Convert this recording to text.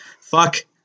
Fuck